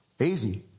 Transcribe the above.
easy